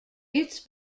its